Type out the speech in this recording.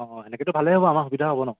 অঁ সেনেকৈতো ভালেই হ'ব আমাৰ সুবিধা হ'ব নহ্